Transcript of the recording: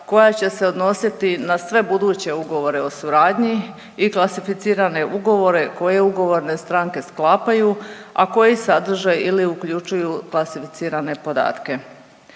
koja će se odnositi na sve buduće ugovore o suradnji i klasificirane ugovore koje ugovorne stranke sklapaju, a koji sadrže ili uključuju klasificirane podatke.